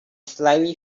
slightly